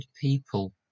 people